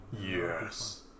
yes